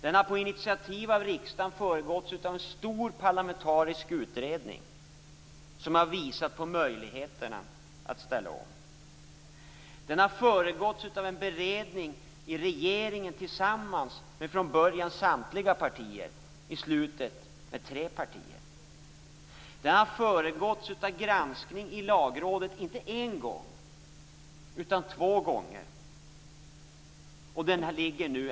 Den har på initiativ av riksdagen föregåtts av en stor parlamentarisk utredning, som har visat på möjligheterna att ställa om. Den har föregåtts av en beredning i regeringen tillsammans med från början samtliga partier och i slutet tre partier. Den har föregåtts av granskning i Lagrådet inte en gång utan två gånger.